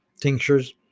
tinctures